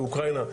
באוקראינה,